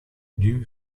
new